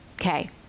Okay